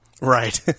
Right